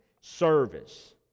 service